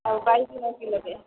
ଆଉ ବାଇଗଣ କିଲୋଟେ